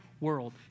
world